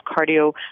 cardio